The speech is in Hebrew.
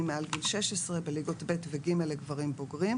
מעל גיל 16 בליגות ב' ו-ג' לגברים בוגרים,